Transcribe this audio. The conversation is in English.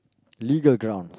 legal ground